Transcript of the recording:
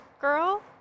Girl